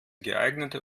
geeignete